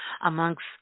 amongst